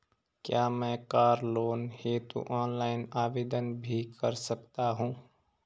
क्या मैं car loan हेतु ऑनलाइन आवेदन भी कर सकता हूँ?